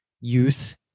youth